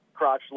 crotchless